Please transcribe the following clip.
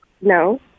No